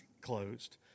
closed